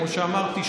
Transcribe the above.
כמו שאמרתי,